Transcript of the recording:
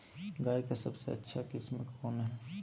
गाय का सबसे अच्छा किस्म कौन हैं?